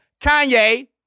Kanye